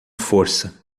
força